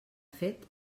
fet